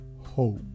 hope